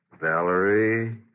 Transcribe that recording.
Valerie